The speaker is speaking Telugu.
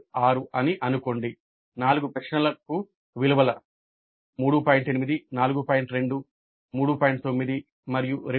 ఇది విద్యార్థుల సగటు రేటింగ్ అదేవిధంగా 2 3 మరియు 4 ప్రశ్నలకు సగటు రేటింగ్ సగటు 3